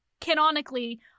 canonically